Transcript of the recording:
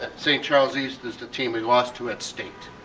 st. charles east is the team we lost to at state.